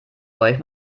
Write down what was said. euch